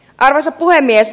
arvoisa puhemies